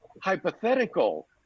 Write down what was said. hypothetical